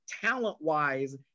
talent-wise